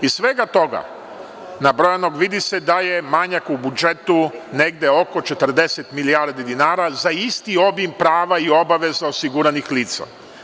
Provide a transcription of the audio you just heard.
Iz svega toga nabrojanog vidi se da je manjak u budžetu negde oko 40 milijardi dinara za isti obim prava i obaveza osiguranih lica.